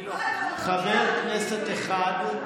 חבר כנסת אחד,